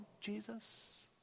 Jesus